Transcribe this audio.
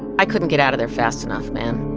i couldn't get out of there fast enough, man